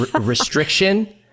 Restriction